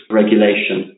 regulation